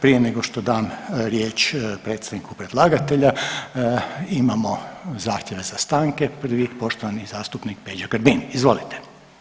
Prije nego što dam riječ predstavniku predlagatelja imamo zahtjeve za stanke, prvi poštovani zastupnik Peđa Grbin, izvolite.